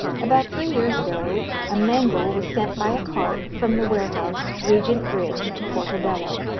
about three years ago a mangle was sent by a cart from the warehouse, regent bridge, to portobello,